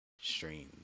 streams